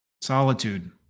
Solitude